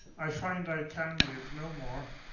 i find i can live no more,